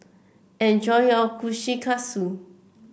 enjoy your Kushikatsu